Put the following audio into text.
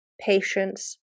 patience